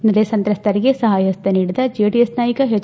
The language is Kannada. ನೆರೆ ಸಂತ್ರಸ್ತರಿಗೆ ಸಹಾಯ ಪಸ್ತ ನೀಡಿದ ಜೆಡಿಎಸ್ ನಾಯಕ ಎಚ್